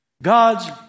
God's